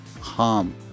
harm